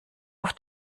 auf